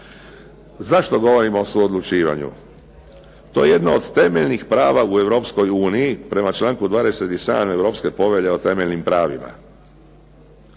Zašto govorim o suodlučivanju? To je jedno od temeljnih prava u Europskoj uniji prema članku 27. Europske povelje o temeljnim pravima.